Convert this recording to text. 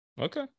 Okay